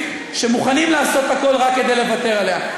שמוכנים לעשות הכול רק כדי לוותר עליה.